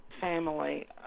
family